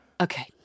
okay